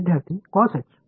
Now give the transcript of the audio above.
विद्यार्थीः कॉसएच